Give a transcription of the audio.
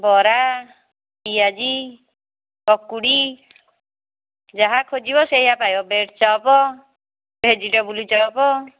ବରା ପିଆଜି ପକୁଡ଼ି ଯାହା ଖୋଜିବ ସେଇଆ ପାଇବ ବ୍ରେଡ଼୍ ଚପ୍ ଭେଜିଟେବୁଲ୍ ଚପ୍